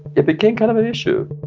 it became kind of an issue